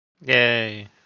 Yay